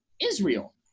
Israel